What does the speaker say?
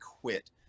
quit